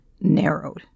narrowed